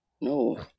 No